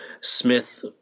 Smith